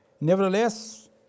Nevertheless